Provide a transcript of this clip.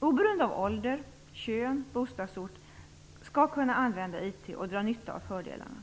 oberoende av ålder, kön och bostadsort skall kunna använda IT och dra nytta av fördelarna.